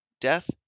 death